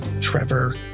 Trevor